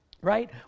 right